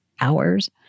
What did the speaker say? hours